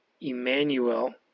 Emmanuel